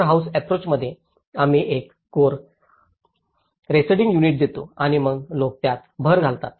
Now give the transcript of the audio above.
core house अप्रोचमध्ये आम्ही एक कोर रेसिडिंग युनिट देतो आणि मग लोक त्यात भर घालतात